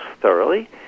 thoroughly